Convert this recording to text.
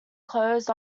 closed